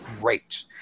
great